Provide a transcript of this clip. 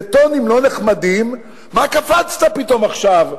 בטונים לא נחמדים: מה קפצת פתאום עכשיו,